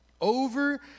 over